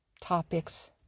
topics